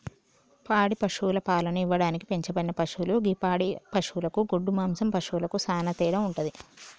పాడి పశువులు పాలను ఇవ్వడానికి పెంచబడిన పశువులు గి పాడి పశువులకు గొడ్డు మాంసం పశువులకు సానా తేడా వుంటది